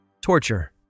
Torture